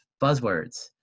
Buzzwords